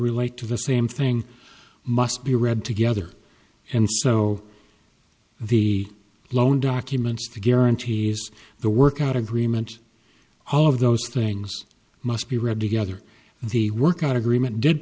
relate to the same thing must be read together and so the loan documents to guarantee is the work out agreement all of those things must be read to gather the work out agreement did